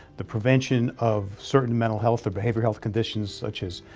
the prevention of certain mental health or behavioral health conditions, such as,